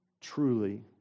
truly